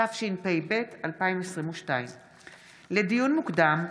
התשפ"ב 2022. לדיון מוקדם,